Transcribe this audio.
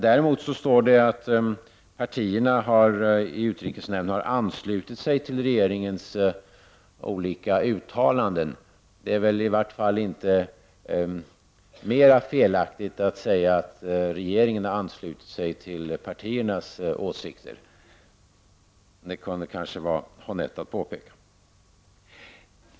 Däremot står det i svaret att partierna i utrikesnämnden har anslutit sig till regeringens olika uttalanden. Det är väl inte mer felaktigt att säga att regeringen har anslutit sig till partiernas åsikter. Det kunde kanske vara honnett att påpeka.